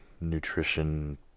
nutrition